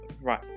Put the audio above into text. right